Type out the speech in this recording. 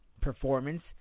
performance